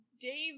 dave